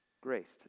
Graced